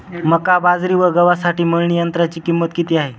मका, बाजरी व गव्हासाठी मळणी यंत्राची किंमत किती आहे?